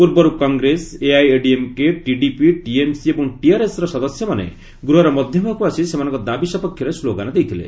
ପୂର୍ବରୁ କଂଗ୍ରେସ ଏଆଇଏଡିଏମ୍କେ ଟିଡିପି ଟିଏମ୍ସି ଏବଂ ଟିଆର୍ଏସ୍ର ସଦସ୍ୟମାନେ ଗୃହର ମଧ୍ୟଭାଗକୁ ଆସି ସେମାନଙ୍କ ଦାବି ସପକ୍ଷରେ ସ୍ଲୋଗାନ ଦେଇଥିଲେ